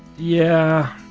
yeah,